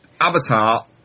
Avatar